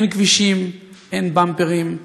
אין כבישים, אין במפרים,